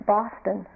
Boston